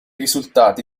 risultati